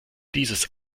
dieses